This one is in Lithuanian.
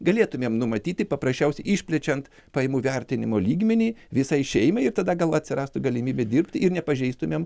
galėtumėm numatyti paprasčiausiai išplečiant pajamų vertinimo lygmenį visai šeimai ir tada gal atsirastų galimybė dirbti ir nepažeistumėm